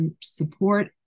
support